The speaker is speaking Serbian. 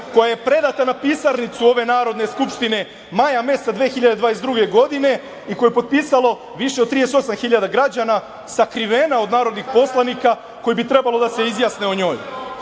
koja je predata na Pisarnicu ove Narodne skupštine maja meseca 2022. godine i koju je potpisalo više od 38.000 građana, sakrivena od narodnih poslanika koji bi trebalo da se izjasne o